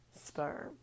sperm